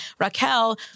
Raquel